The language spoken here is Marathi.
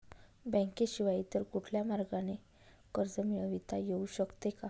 बँकेशिवाय इतर कुठल्या मार्गाने कर्ज मिळविता येऊ शकते का?